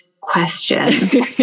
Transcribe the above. question